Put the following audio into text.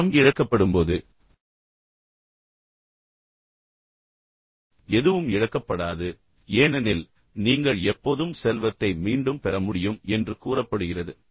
பணம் இழக்கப்படும்போது அல்லது செல்வம் இழக்கப்படும்போது எதுவும் இழக்கப்படாது ஏனெனில் நீங்கள் எப்போதும் செல்வத்தை மீண்டும் பெற முடியும் என்று கூறப்படுகிறது